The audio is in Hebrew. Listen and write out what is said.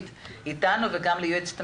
הנושא הוא המשך דיון על תקנות הדיור